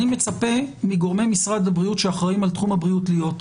אני מצפה מגורמי משרד הבריאות שאחראים על תחום הבדיקות להיות.